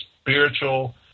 spiritual